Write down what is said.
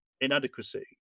inadequacy